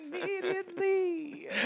Immediately